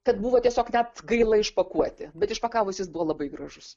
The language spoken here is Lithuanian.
kad buvo tiesiog net gaila išpakuoti bet išpakavus jis buvo labai gražus